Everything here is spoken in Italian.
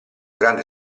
grande